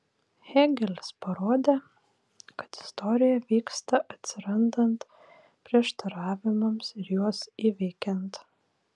hėgelis parodė kad istorija vyksta atsirandant prieštaravimams ir juos įveikiant